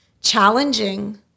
challenging